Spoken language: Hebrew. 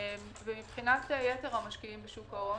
מבחינת יתר המשקיעים בשוק ההון,